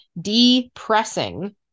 depressing